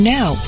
Now